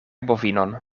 bovinon